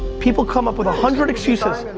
people come up with a hundred excuses.